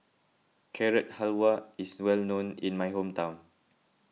Carrot Halwa is well known in my hometown